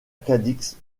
cadix